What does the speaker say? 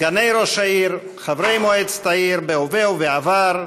סגני ראש העיר, חברי מועצת העיר בהווה ובעבר,